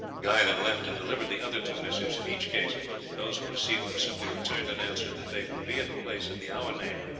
guy then left, and delivered the other two missives. in each case those who received them simply returned an answer that they would be at the place at the hour named,